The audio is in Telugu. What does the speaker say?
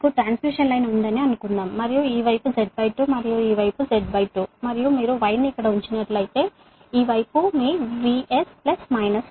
మీకు ట్రాన్స్మిషన్ లైన్ ఉందని అనుకుందాం మరియు ఈ వైపు Z2 మరియు ఈ వైపు Z2 మరియు మీరు Y ని ఇక్కడ ఉంచినట్లయితే మరియు ఈ వైపు మీ VS ప్లస్ మైనస్